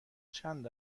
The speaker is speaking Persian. چند